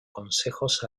consejos